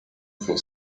for